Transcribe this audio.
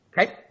Okay